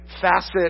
facet